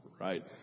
right